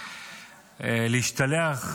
להשתלח,